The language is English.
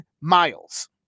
miles